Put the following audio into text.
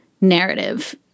narrative